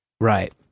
Right